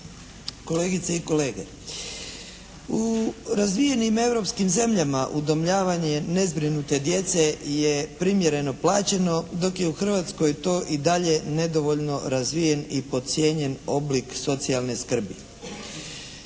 kolegice i kolege. U razvijenim europskim zemljama udomljavanje nezbrinute djece je primjereno plaćeno, dok je u Hrvatskoj to i dalje nedovoljno razvijen i podcijenjen oblik socijalne skrbi.